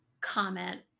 comment